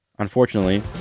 Unfortunately